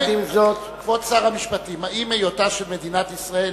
כבוד שר המשפטים, האם היותה של מדינת ישראל